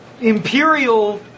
Imperial